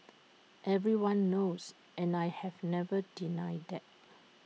everyone knows and I have never denied that